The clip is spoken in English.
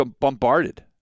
bombarded